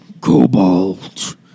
Cobalt